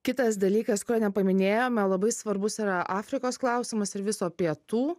kitas dalykas kurio nepaminėjome labai svarbus yra afrikos klausimas ir viso pietų